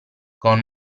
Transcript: con